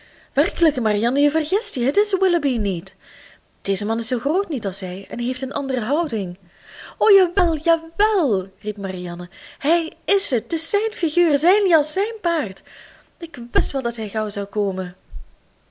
werkelijk marianne je vergist je het is willoughby niet deze man is zoo groot niet als hij en heeft een andere houding o jawel jawel riep marianne hij is het t is zijn figuur zijn jas zijn paard ik wist wel dat hij gauw zou komen